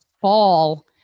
fall